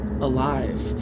alive